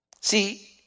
See